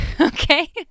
okay